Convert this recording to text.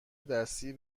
دستی